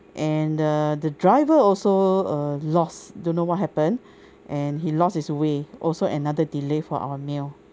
and err the driver also uh lost don't know what happen and he lost his way also another delay for our meal